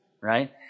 right